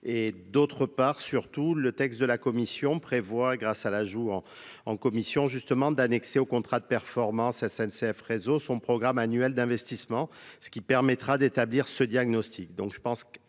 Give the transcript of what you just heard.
d'autre part, surtout le texte de la Commission prévoit, grâce à l'ajout en commission justement d'annexer aux contrats de performance à n c f réseau son programme annuel d'investissement qui permettra d'établir ce diagnostic,